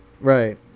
right